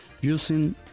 using